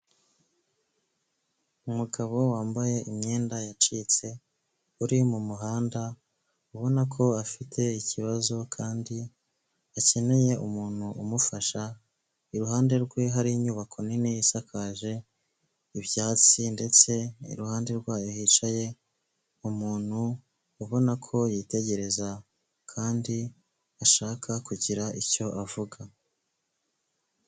Umugabo wambaye imyenda yacitse, uri mu muhanda, ubona ko afite ikibazo kandi akeneye umuntu umufasha, iruhande rwe hari inyubako nini isakaje, ibyatsi ndetse iruhande rwayo hicaye umuntu ubona ko yitegereza kandi ashaka kugira icyo avuga.